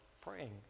praying